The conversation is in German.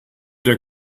der